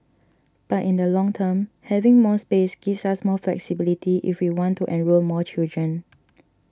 but in the long term having more space gives us more flexibility if we want to enrol more children